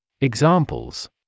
Examples